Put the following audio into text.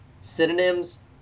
synonyms